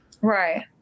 Right